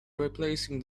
replacing